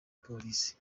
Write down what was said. polisi